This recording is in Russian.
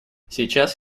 сейчас